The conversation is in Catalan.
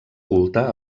culte